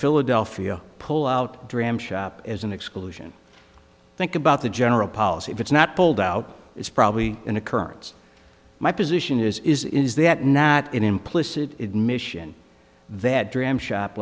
philadelphia pull out dram shop as an exclusion think about the general policy if it's not pulled out it's probably an occurrence my position is is that not an implicit admission that dram shop